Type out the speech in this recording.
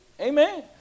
Amen